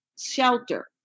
shelter